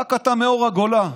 רק אתה מאור הגולה.